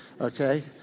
Okay